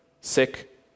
sick